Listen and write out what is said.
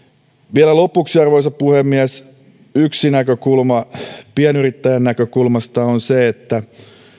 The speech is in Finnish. vielä lopuksi arvoisa puhemies yksi näkökulma pienyrittäjän näkökulmasta on se että